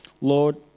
Lord